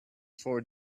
four